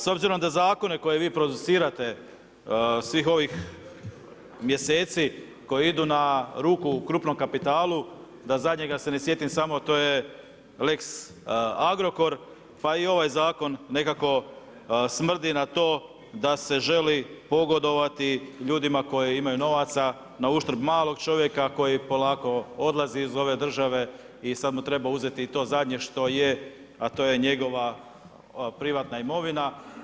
S obzirom da zakone koje vi producirate svih ovih mjeseci koje idu na ruku krupnom kapitalu, da zadnjega ne sjetim samo, to je lex Agrokor pa i ovaj zakon nekako smrdi na to da se želi pogodovati ljudima koji imaju novaca na uštrb malog čovjeka koji polako odlazi iz ove države i sada mu treba uzeti i to zadnje što je, a to je njegova privatna imovina.